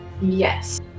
Yes